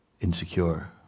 insecure